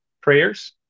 prayers